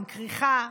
עם כריכה.